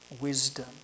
wisdom